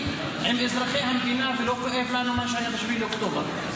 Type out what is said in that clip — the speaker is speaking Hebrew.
עם אזרחי המדינה ולא כואב לנו מה שהיה ב-7 באוקטובר.